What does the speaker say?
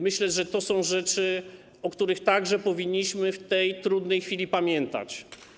Myślę, że to są rzeczy, o których także powinniśmy w tej trudnej chwili pamiętać.